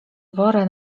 wora